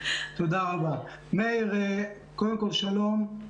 מאיר, שלום.